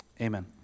amen